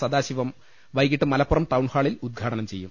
സദാശിവം വൈകീട്ട് മലപ്പുറം ടൌൺഹാളിൽ ഉദ്ഘാടനം ചെയ്യും